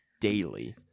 daily